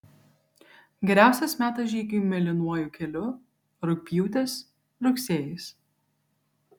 geriausias metas žygiui mėlynuoju keliu rugpjūtis rugsėjis